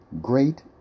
Great